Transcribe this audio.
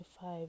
five